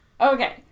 Okay